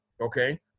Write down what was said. Okay